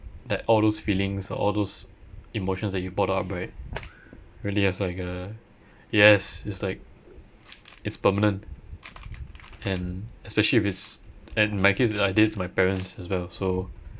that all those feelings or those emotions that you bottle up right really has like a yes it's like it's permanent and especially if it's and my kids I did it to my parents as well so